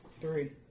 Three